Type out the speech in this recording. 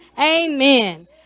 amen